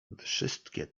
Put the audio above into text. wszystkie